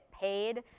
paid